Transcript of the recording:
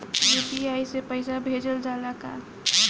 UPI से पईसा भेजल जाला का?